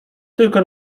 tylko